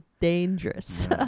dangerous